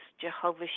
Jehovah